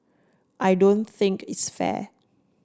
I don't think it's fair